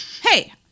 hey